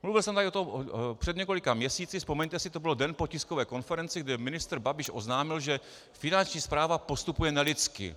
Mluvil jsem tady o tom před několika měsíci, vzpomeňte si, to byl den po tiskové konferenci, kde ministr Babiš oznámil, že Finanční správa postupuje nelidsky.